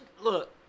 Look